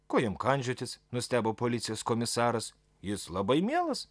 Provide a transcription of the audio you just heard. ko jam kandžiotis nustebo policijos komisaras jis labai mielas